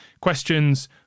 questions